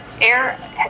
air